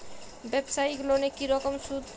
ব্যবসায়িক লোনে কি রকম সুদ?